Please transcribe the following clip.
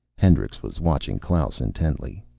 hendricks was watching klaus intently.